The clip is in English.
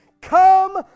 Come